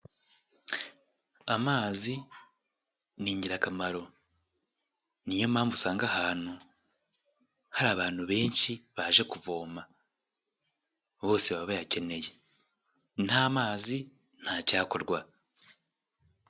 Amazi ni ingirakamaro niyo mpamvu usanga ahantu hari abantu benshi baje kuvoma, bose baba bayakeneye. Nta mazi ntacyakorwa.